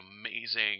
amazing